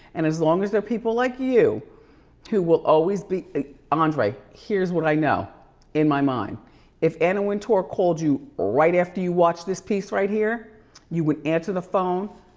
and as long as there're people like you who will always be. um andre, here's what i know in my mind if anna wintour called you right after you watch this piece right here you would answer the phone.